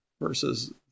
versus